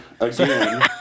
again